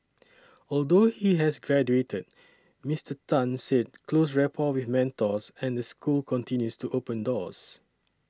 although he has graduated Mister Tan said close rapport with mentors and the school continues to open doors